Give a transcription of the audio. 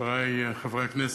חברי חברי הכנסת,